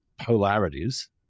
polarities